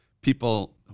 people